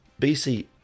bc